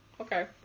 Okay